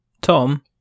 Tom